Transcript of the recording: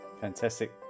fantastic